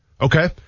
Okay